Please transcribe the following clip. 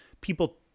people